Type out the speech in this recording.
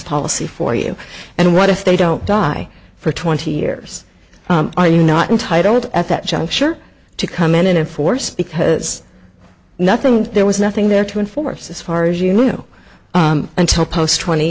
policy for you and what if they don't die for twenty years are you not entitled at that juncture to come in in force because nothing there was nothing there to enforce as far as you know until post twenty